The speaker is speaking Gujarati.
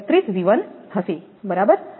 31𝑉1 હશે બરાબર